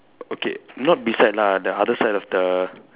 okay not beside lah the other side of the